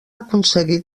aconseguir